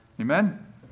Amen